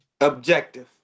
Objective